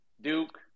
Duke